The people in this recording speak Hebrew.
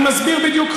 אני מסביר בדיוק,